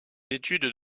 études